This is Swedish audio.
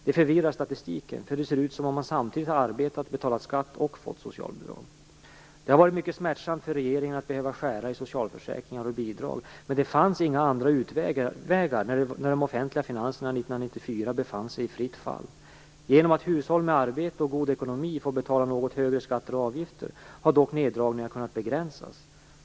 Det förvirrar statistiken, för det ser ut som att man samtidigt har arbetat, betalat skatt och fått socialbidrag. Det har varit mycket smärtsamt för regeringen att behöva skära i socialförsäkringar och bidrag, men det fanns inga andra utvägar när de offentliga finansernas 1994 befann sig i fritt fall. Genom att hushåll med arbete och god ekonomi får betala något högre skatter och avgifter har dock neddragningarna kunnat begränsas.